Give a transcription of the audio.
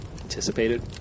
anticipated